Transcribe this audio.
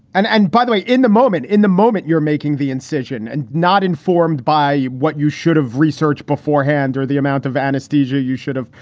and and by the way, in the moment in the moment you're making the incision and not informed by what you should have researched beforehand or the amount of anaesthesia you should have,